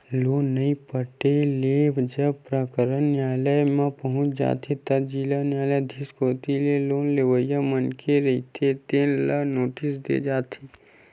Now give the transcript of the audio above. loan नइ पटाए ले जब प्रकरन नियालय म पहुंच जाथे त जिला न्यायधीस कोती ले लोन लेवइया मनखे रहिथे तेन ल नोटिस दे जाथे